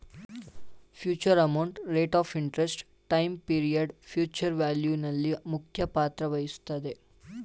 future amount, rate of interest, time period future value ನಲ್ಲಿ ಮುಖ್ಯ ಪಾತ್ರ ವಹಿಸುತ್ತದೆ